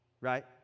Right